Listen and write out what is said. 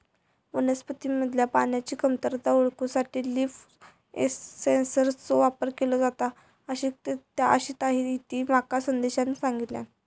वनस्पतींमधल्या पाण्याची कमतरता ओळखूसाठी लीफ सेन्सरचो वापर केलो जाता, अशीताहिती माका संदेशान सांगल्यान